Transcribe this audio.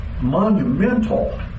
monumental